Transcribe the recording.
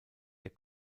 der